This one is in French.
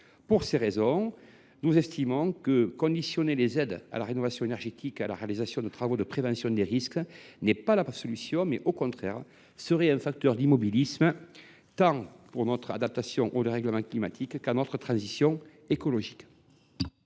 Pour ces raisons, nous estimons que conditionner les aides à la rénovation énergétique à la réalisation de travaux de prévention des risques n’est pas la solution. Au contraire, ce serait un facteur d’immobilisme tant pour notre adaptation au dérèglement climatique que pour notre transition écologique.